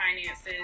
finances